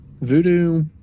voodoo